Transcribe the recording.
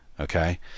okay